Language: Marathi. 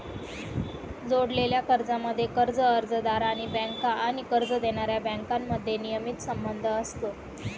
जोडलेल्या कर्जांमध्ये, कर्ज अर्जदार आणि बँका आणि कर्ज देणाऱ्या बँकांमध्ये नियमित संबंध असतो